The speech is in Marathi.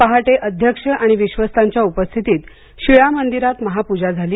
पहाटे अध्यक्ष आणि विश्वस्तांच्या उपस्थितीत शिळा मंदिरात महापूजा झाली